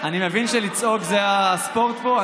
אני מבין שלצעוק זה הספורט פה.